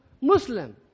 Muslim